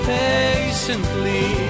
patiently